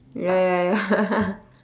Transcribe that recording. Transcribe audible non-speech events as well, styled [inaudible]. ya ya ya [laughs]